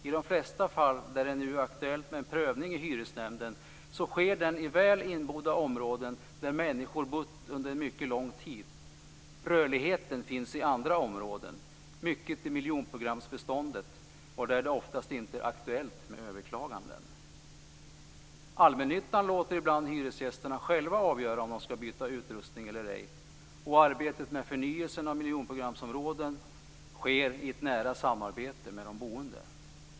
I de flesta fall där det är aktuellt med en prövning i hyresnämnden sker den i väl inbodda områden där människor har bott under mycket lång tid. Rörligheten finns i andra områden, mycket av den i miljonprogramsbeståndet och där det oftast inte är aktuellt med överklaganden. Allmännyttan låter ibland hyresgästerna själva avgöra om utrustningen ska bytas eller ej. I arbetet med förnyelsen av miljonprogramsområden sker detta i nära samarbete med de boende.